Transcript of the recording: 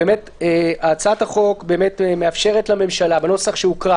הצעת החוק מאפשרת לממשלה בנוסח שהוקרא